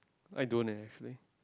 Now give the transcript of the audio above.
I don't eh actually